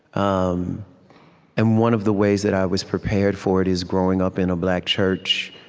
um and one of the ways that i was prepared for it is growing up in a black church.